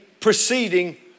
Proceeding